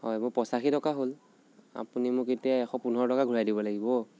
হয় মোৰ পঁচাশী টকা হ'ল আপুনি মোক এতিয়া এশ পোন্ধৰ টকা ঘূৰাই দিব লাগিব